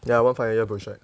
ya one final year project